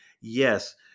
Yes